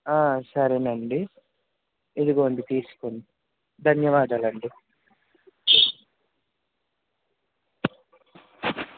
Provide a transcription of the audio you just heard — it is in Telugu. సరేనండి ఇదిగోండి తీసుకోండి ధన్యవాదాలండి